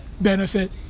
benefit